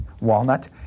Walnut